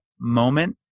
moment